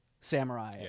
samurai